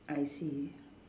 I see